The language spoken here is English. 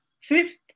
fifth